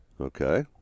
Okay